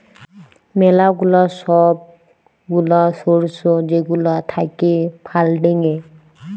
ম্যালা গুলা সব গুলা সর্স যেগুলা থাক্যে ফান্ডিং এ